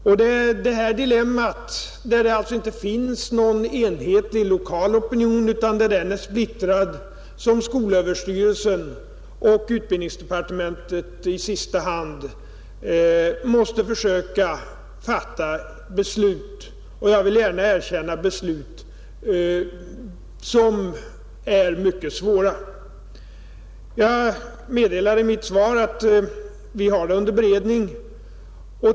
Det är i det här dilemmat, där det alltså inte finns någon enhetlig lokal opinion utan den är splittrad, som skolöverstyrelsen och utbildningsdepartementet i sista hand måste försöka fatta beslut som — jag skall gärna erkänna det — är mycket svåra. Jag meddelade i mitt svar att vi har detta under beredning.